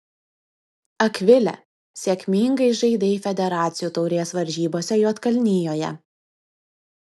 akvile sėkmingai žaidei federacijų taurės varžybose juodkalnijoje